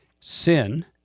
Sin